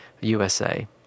USA